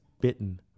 bitten